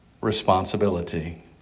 responsibility